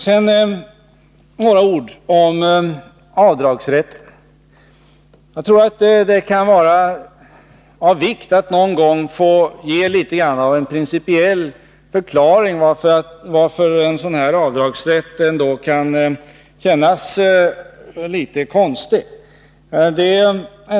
Sedan några ord om avdragsrätten. Det kan vara av vikt att någon gång få ge litet av en principiell förklaring till att en sådan här avdragsrätt ändå kan kännas litet konstig.